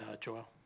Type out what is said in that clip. Joel